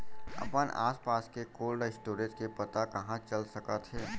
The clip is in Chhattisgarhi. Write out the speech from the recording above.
अपन आसपास के कोल्ड स्टोरेज के पता कहाँ चल सकत हे?